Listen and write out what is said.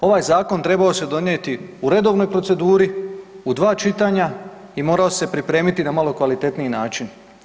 Ovaj zakon trebao se donijeti u redovnoj proceduri, u dva čitanja i morao se pripremiti na malo kvalitetniji način.